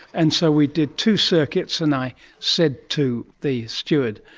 and so we did two circuits and i said to the steward,